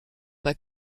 pas